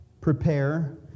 prepare